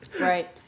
Right